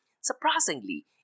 Surprisingly